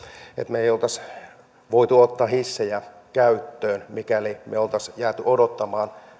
me emme olisi voineet ottaa hissejä käyttöön mikäli me olisimme jääneet odottamaan